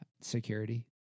Security